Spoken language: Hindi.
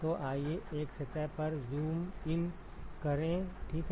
तो आइए एक सतह पर ज़ूम इन करें ठीक है